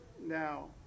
now